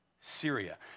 Syria